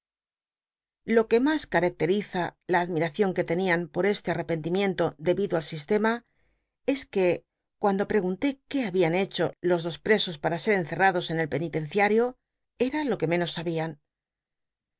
lo que mas caaclciza la admiacion juc tcnian po este al'l'cpcn timiento debido al sistema es que cuando pregunté qué habian hccbo los dos presos para ser enccl'lados en el penitencial'io era lo que menos sabian